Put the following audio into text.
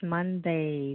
Monday